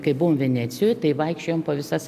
kai buvom venecijoj tai vaikščiojom po visas